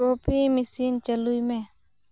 coffee machine ᱪᱟᱹᱞᱩᱭ ᱢᱮ